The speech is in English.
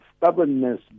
stubbornness